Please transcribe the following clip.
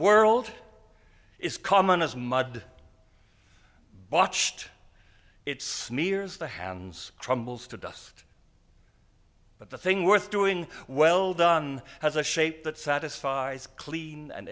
world is common as mud botched it's nears the hands trumbull's to dust but the thing worth doing well done has a shape that satisfies clean and